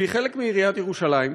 והיא חלק מעיריית ירושלים,